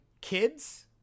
kids